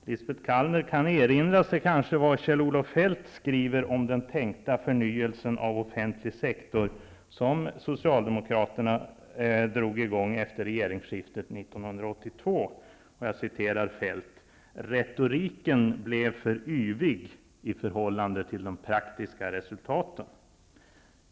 Lisbet Calner kan kanske erinra sig vad Kjell-Olof Feldt skrev om den tänkta förnyelsen av offentlig sektor, som Socialdemokraterna drog i gång efter regeringsskiftet 1982: ''Retoriken blev för yvig i förhållande till de praktiska resultaten.''